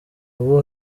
ubu